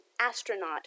astronaut